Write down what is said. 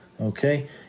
okay